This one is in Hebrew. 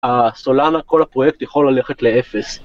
הסולאנה כל הפרויקט יכול ללכת לאפס.